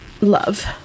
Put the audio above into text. love